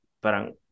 parang